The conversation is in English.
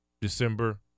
December